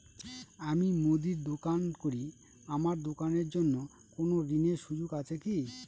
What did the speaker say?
আমি মুদির দোকান করি আমার দোকানের জন্য কোন ঋণের সুযোগ আছে কি?